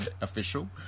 official